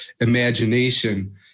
imagination